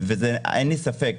אין לי ספק,